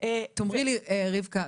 תאמרי לי בבקשה רבקה,